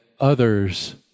others